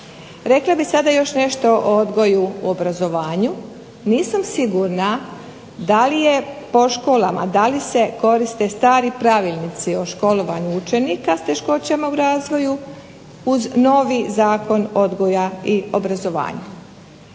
Rekla bih sada još nešto o odgoju u obrazovanju. Nisam sigurna da li je po školama, da li se koriste stari pravilnici o školovanju učenika s teškoćama u razvoju uz novi Zakon odgoja i obrazovanja.